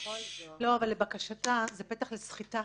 לא, לבקשתה זה פתח לסחיטה.